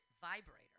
vibrator